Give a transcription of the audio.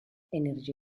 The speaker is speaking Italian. energia